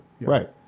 Right